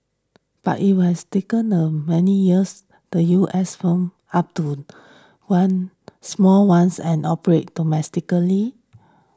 but it was taken a many years the U S firm up to won small ones and operate domestically